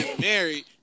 married